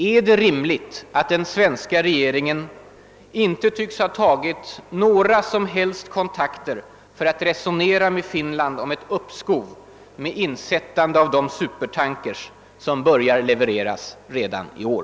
Är det rimligt att den svenska regeringen inte tycks ha tagit några som helst kontakter för att resonera med Finland om ett uppskov med insättandet av de supertankers som börjar att levereras redan i år?